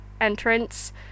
entrance